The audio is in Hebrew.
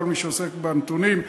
לכל מי שעוסק בנתונים.